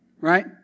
right